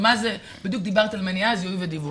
בדיוק דיברת על מניעה, זיהוי ודיווח.